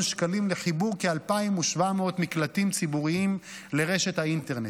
שקלים לחיבור כ-2,700 מקלטים ציבוריים לרשת האינטרנט.